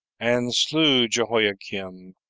and slew jehoiakim,